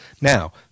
Now